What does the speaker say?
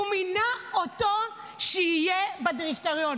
הוא מינה אותו שיהיה בדירקטוריון.